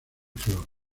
flor